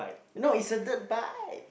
no is a dirt bike